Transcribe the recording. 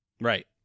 Right